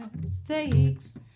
mistakes